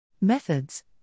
Methods